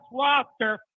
roster